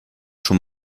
schon